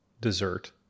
dessert